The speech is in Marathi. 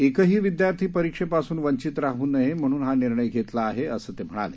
एकही विद्यार्थी परिक्षेपासून वंचित राहू नये म्हणून हा निर्णय घेतला आहे असं ते म्हणाले